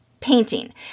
Painting